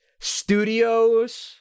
studios